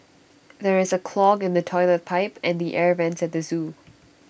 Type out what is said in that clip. there is A clog in the Toilet Pipe and the air Vents at the Zoo